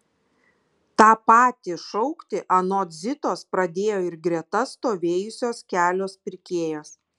tą patį šaukti anot zitos pradėjo ir greta stovėjusios kelios pirkėjos